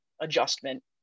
adjustment